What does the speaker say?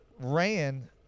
ran